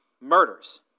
Murders